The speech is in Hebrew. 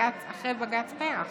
אחרי בג"ץ פר"ח,